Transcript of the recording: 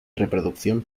reproducción